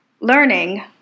learning